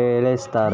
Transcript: ಎಳೆಸ್ತಾರೆ